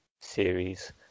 series